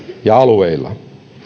ja alueilla